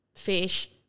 fish